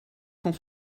cent